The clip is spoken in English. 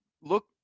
look